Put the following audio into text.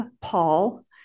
Paul